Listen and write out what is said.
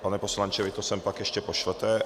Pane poslanče, vy to sem pak ještě pošlete.